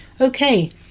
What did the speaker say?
Okay